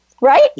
right